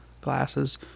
glasses